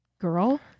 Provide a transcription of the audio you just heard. girl